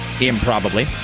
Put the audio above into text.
improbably